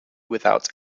without